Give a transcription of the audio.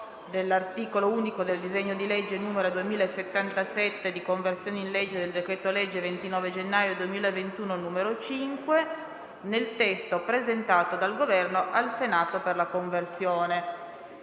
dell'articolo unico del disegno di legge n. 2077, di conversione del decreto-legge 29 gennaio 2021, n. 5, nel testo presentato dal Governo al Senato per la conversione.